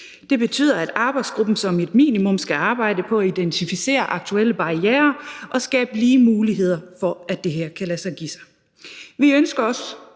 Det betyder, at arbejdsgruppen som et minimum skal arbejde på at identificere aktuelle barrierer og skabe lige muligheder for, at det her kan lade sig give sig. Vi ønsker også,